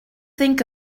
think